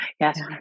yes